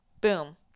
boom